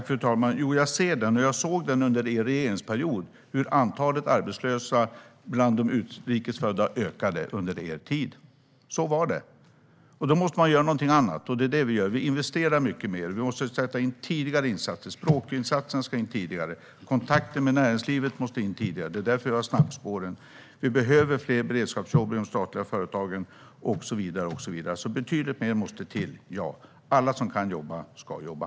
Fru talman! Jo, jag ser den, och jag såg den under er regeringsperiod. Jag såg hur antalet arbetslösa bland de utrikes födda ökade under er tid. Så var det. Då måste man göra någonting annat, och det är det vi gör. Vi investerar mycket mer. Vi måste sätta in tidigare insatser. Språkinsatserna ska in tidigare. Kontakten med näringslivet måste in tidigare. Det är därför vi har snabbspåren. Vi behöver fler beredskapsjobb i de statliga företagen och så vidare. Betydligt mer måste till, ja. Alla som kan jobba ska jobba.